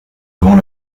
avant